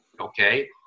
okay